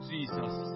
Jesus